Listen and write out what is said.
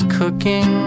cooking